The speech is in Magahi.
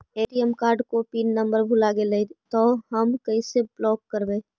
ए.टी.एम कार्ड को पिन नम्बर भुला गैले तौ हम कैसे ब्लॉक करवै?